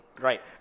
Right